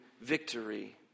victory